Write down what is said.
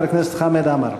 ואחריו, חבר הכנסת חמד עמאר.